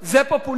זה פופוליזם.